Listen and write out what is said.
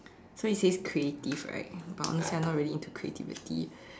so it says creative right but honestly I'm not really into creativity